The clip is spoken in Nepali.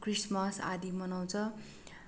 क्रिसमस आदि मनाउँछ